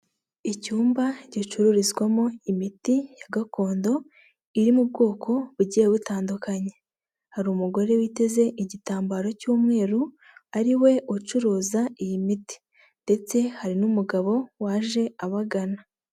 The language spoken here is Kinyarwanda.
Icyumba gicururizwamo imiti ya gakondo iri mu bwoko bugiye butandukanye, hari umugore witeze igitambaro cy'umweru ari we ucuruza iyi miti ndetse hari n'umugabo waje abagana.